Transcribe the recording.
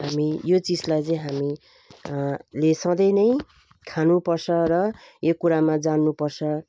हामी यो चिजलाई चाहिँ हामी ले सधैँ नै खानुपर्छ र यो कुरामा जान्नुपर्छ